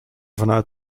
vanuit